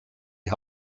die